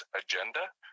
agenda